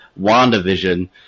WandaVision